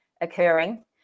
occurring